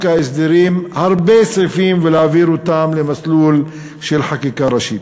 ההסדרים הרבה סעיפים ולהעביר אותם למסלול של חקיקה ראשית.